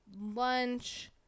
lunch